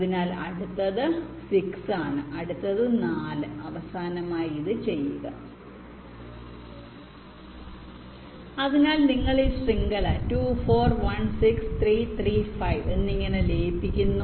അതിനാൽ അടുത്തത് 6 ആണ് അടുത്തത് 4 അവസാനമായി ഇത് ചെയ്യുക അതിനാൽ നിങ്ങൾ ഈ ശൃംഖല 2 4 1 6 3 3 5 എന്നിങ്ങനെ ലയിപ്പിക്കുന്നു